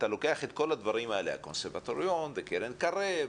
אתה לוקח את כל הדברים האלה: הקונסרבטוריון וקרן קרב,